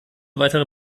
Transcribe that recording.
weitere